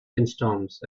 windstorms